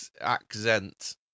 accent